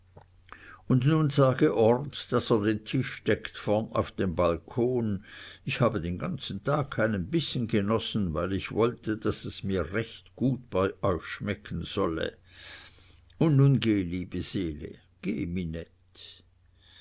und nun sage orth daß er den tisch deckt vorn auf dem balkon ich habe den ganzen tag keinen bissen genossen weil ich wollte daß es mir recht gut bei euch schmecken solle und nun geh liebe seele geh